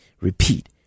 Repeat